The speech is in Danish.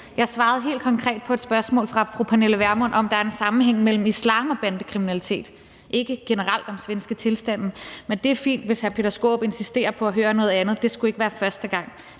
Jeg svarede helt konkret på et spørgsmål fra fru Pernille Vermund om, om der er en sammenhæng mellem islam og bandekriminalitet, ikke generelt om svenske tilstande. Men det er fint, hvis hr. Peter Skaarup insisterer på at høre noget andet. Det skulle ikke være første gang.